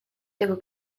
tego